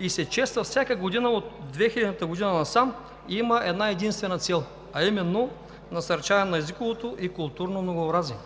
и се чества всяка година от 2000-та година насам и има една единствена цел, а именно насърчаване на езиковото и културно многообразие.